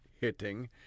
hitting